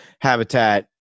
habitat